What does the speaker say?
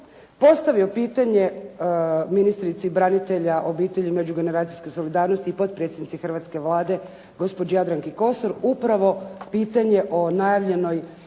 postavio pitanje ministrici branitelja, obitelji i međugeneracijske solidarnosti i potpredsjednici hrvatske Vlade gospođi Jadranki Kosor upravo pitanje o najavljenom